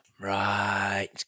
Right